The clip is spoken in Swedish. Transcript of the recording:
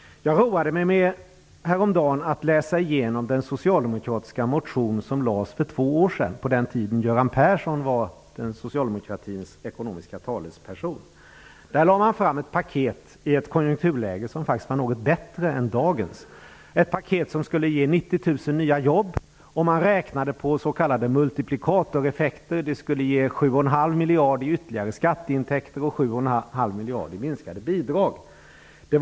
Jag roade mig häromdagen med att läsa igenom den socialdemokratiska motion som väcktes för två år sedan, på den tiden Göran Persson var socialdemokratins ekonomiska talesperson. Där lade man fram ett paket i ett konjunkturläge som faktiskt var något bättre än dagens, ett paket som skulle ge 90 000 nya jobb, och man räknade på s.k. multiplikatoreffekter. Det skulle ge 71⁄2 miljard i ytterligare skatteintäkter och 71⁄2 miljard i minskade bidrag.